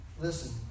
Listen